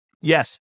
Yes